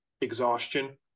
exhaustion